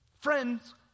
Friends